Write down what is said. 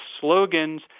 slogans